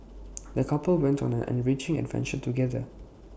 the couple went on an enriching adventure together